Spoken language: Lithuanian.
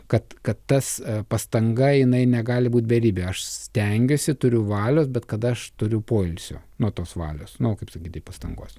kad kad tas pastanga jinai negali būt beribė aš stengiuosi turiu valios bet kad aš turiu poilsio nuo tos valios nu kaip sakyti pastangos